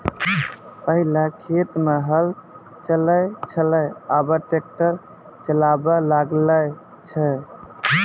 पहिलै खेत मे हल चलै छलै आबा ट्रैक्टर चालाबा लागलै छै